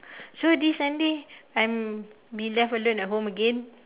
so this Sunday I'm be left alone at home again